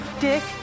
Dick